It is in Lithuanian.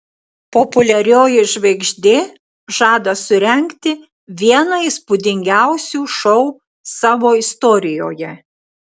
populiarioji žvaigždė žada surengti vieną įspūdingiausių šou savo istorijoje